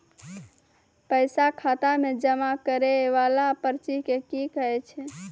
पैसा खाता मे जमा करैय वाला पर्ची के की कहेय छै?